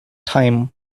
time